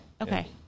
okay